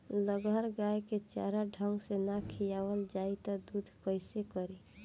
लगहर गाय के चारा ढंग से ना खियावल जाई त दूध कईसे करी